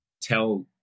tell